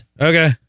okay